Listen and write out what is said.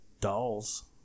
dolls